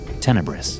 Tenebris